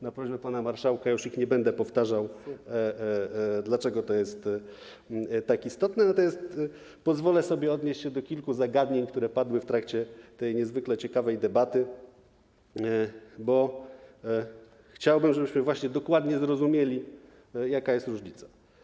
Na prośbę pana marszałka już nie będę powtarzał, dlaczego to jest tak istotne, natomiast pozwolę sobie odnieść się do kilku zagadnień, które padły w trakcie tej niezwykle ciekawej debaty, bo chciałbym, żebyśmy dokładnie zrozumieli, na czym polega różnica.